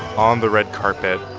on the red carpet,